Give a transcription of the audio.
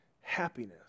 happiness